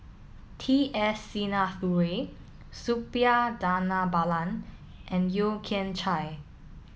T S Sinnathuray Suppiah Dhanabalan and Yeo Kian Chye